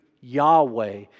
Yahweh